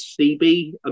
CB